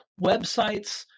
websites